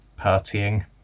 partying